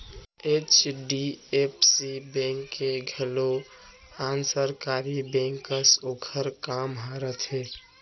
HDFC bank के घलौ आन सरकारी बेंक कस ओकर काम ह रथे